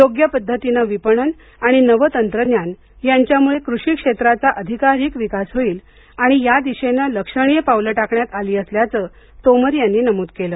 योग्य पद्धतीनं विपणन आणि नवं तंत्रज्ञान यांच्यामुळे कृषी क्षेत्राचा अधिकाधिक विकास होईल आणि या दिशेनं लक्षणीय पावलं टाकण्यात आली असल्याचं तोमर यांनी नमूद केलं